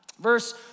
verse